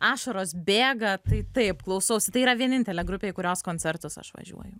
ašaros bėga tai taip klausausi tai yra vienintelė grupė į kurios koncertus aš važiuoju